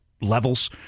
levels